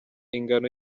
ingano